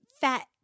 fat